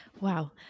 Wow